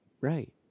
right